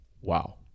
wow